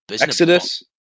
Exodus